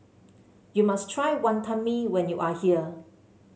you must try Wantan Mee when you are here